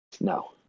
No